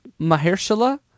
Mahershala